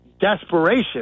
desperation